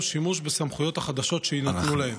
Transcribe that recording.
שימוש בסמכויות החדשות שיינתנו להם.